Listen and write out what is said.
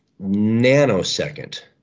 nanosecond